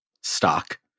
stock